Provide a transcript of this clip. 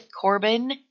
Corbin